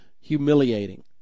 humiliating